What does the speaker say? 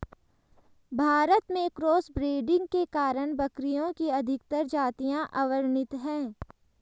भारत में cross breeding के कारण बकरियों की अधिकतर जातियां अवर्णित है